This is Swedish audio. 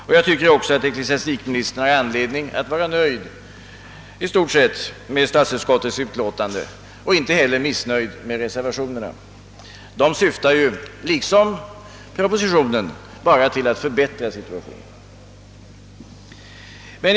Ecklesiastikministern har också i stort sett anledning att vara nöjd med statsutskottets utlåtande men även med reservationerna. De syftar ju liksom propositionen bara till att förbättra situationen.